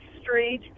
Street